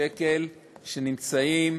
שקל שנמצאים